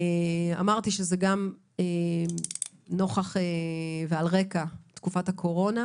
אמרתי שזה גם נוכח ועל רקע תקופת הקורונה,